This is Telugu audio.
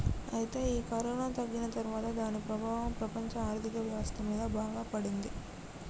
అయితే ఈ కరోనా తగ్గిన తర్వాత దాని ప్రభావం ప్రపంచ ఆర్థిక వ్యవస్థ మీద బాగా పడింది